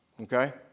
Okay